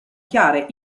chiare